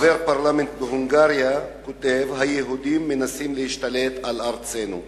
חבר פרלמנט בבולגריה כותב: היהודים מנסים להשתלט על ארצנו.